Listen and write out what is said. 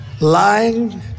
lying